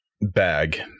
bag